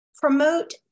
promote